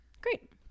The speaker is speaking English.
Great